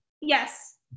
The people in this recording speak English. Yes